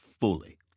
fully